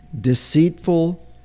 Deceitful